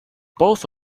both